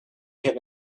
have